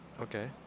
okay